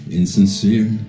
insincere